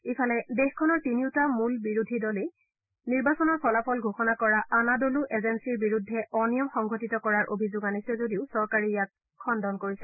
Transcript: ইফালে দেশখনৰ তিনিওটা মূল বিৰোধী দলে নিৰ্বাচনৰ ফলাফল ঘোষণা কৰা আনাডলু এজেলিৰ বিৰুদ্ধে অনিয়ম সংঘটিত কৰাৰ অভিযোগ আনিছে যদিও চৰকাৰে ইয়াক খণ্ডন কৰিছে